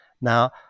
Now